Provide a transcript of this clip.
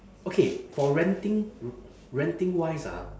okay for renting renting wise ah